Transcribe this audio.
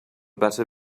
better